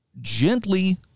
gently